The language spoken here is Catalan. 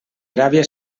aràbia